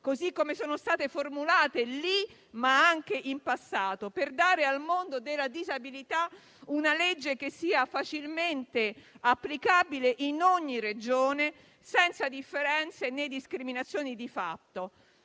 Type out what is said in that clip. così come sono state formulate lì, ma anche in passato, per dare al mondo della disabilità una legge facilmente applicabile in ogni Regione, senza differenze né discriminazioni di fatto.